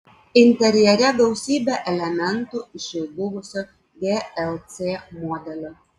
interjere gausybė elementų iš jau buvusio glc modelio